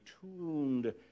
tuned